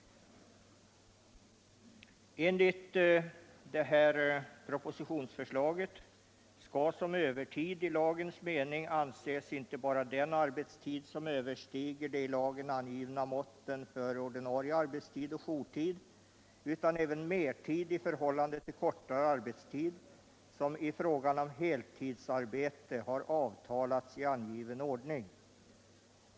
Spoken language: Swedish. Enligt propositionsförslaget ”skall som övertid i lagens mening anses inte bara den arbetstid som överstiger de i lagen angivna måtten för ordinarie arbetstid och jourtid utan även mertid i förhållande till kortare arbetstid som i fråga om heltidsarbete har avtalats i angiven ordning.